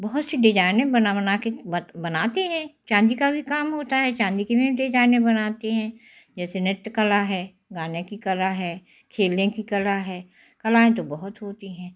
बहुत सी डिज़ाइनें बना बना कर बनाते हैं चाँदी का भी काम होता है चाँदी की भी डिज़ाइनें बनाते हैं जैसे नृत्य कला है गाने की कला है खेलने की कला है कलाएँ तो बहुत होती हैं